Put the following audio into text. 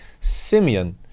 Simeon